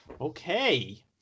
Okay